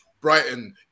Brighton